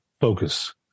focus